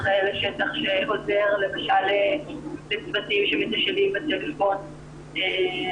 לשטח שעוזרת לצוותים שנותנים טיפול